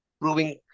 proving